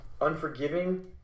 unforgiving